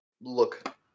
look